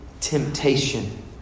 temptation